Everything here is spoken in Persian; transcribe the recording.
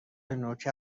نوک